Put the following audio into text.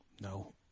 No